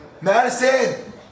Madison